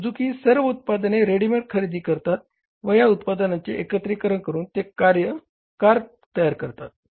Suzuki ही सर्व उत्पादने रेडिमेड खरेदी करतात व या उत्पादनांचे एकत्रीकरण करून ते कार तयार करतात